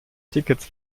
tickets